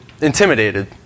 intimidated